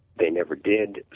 they never did.